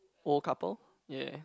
old couple ya